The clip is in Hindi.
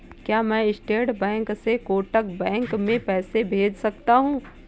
क्या मैं स्टेट बैंक से कोटक बैंक में पैसे भेज सकता हूँ?